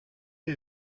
est